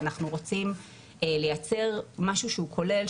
ואנחנו רוצים לייצר משהו שהוא כולל,